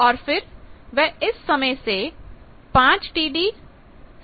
और फिर वह इस समय से 5Td 7Td की दूरी पर हैं